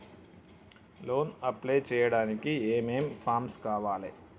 Loan apply చేయడానికి ఏం ఏం ఫామ్స్ కావాలే?